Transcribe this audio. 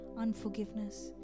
unforgiveness